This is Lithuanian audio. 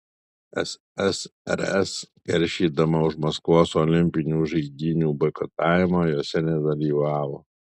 ssrs keršydama už maskvos olimpinių žaidynių boikotavimą jose nedalyvavo